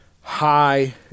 high